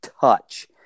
touch